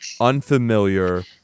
unfamiliar